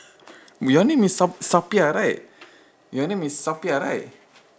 your name is sap~ sapiah right your name is sapiah right